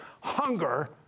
hunger